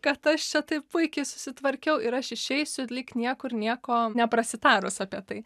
kad aš čia taip puikiai susitvarkiau ir aš išeisiu lyg niekur nieko neprasitarus apie tai